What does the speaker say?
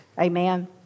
Amen